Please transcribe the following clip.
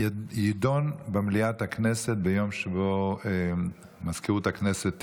תידון במליאת הכנסת ביום שבו מזכירות הכנסת תקבע.